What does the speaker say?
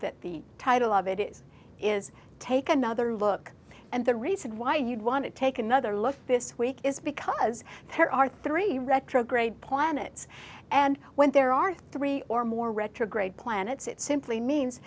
that the title of it is is take another look and the reason why you'd want to take another look this week is because there are three retrograde planets and when there are three or more retrograde planets it simply means